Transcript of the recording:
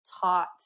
taught